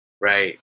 Right